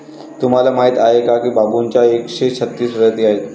तुम्हाला माहीत आहे का बांबूच्या एकशे छत्तीस प्रजाती आहेत